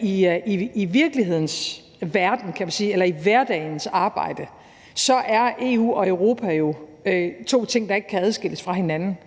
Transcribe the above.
sige, at i virkelighedens verden – kan man sige – eller i hverdagens arbejde er EU og Europa jo to ting, der ikke kan adskilles fra hinanden.